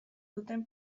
duten